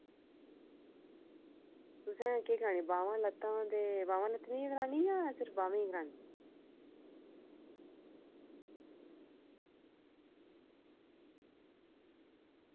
तुसें केह् करानी बाह्मां लत्तां ते बाह्में लत्तें दी ई करानी जां सिर्फ बाह्में करानी